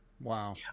Wow